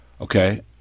Okay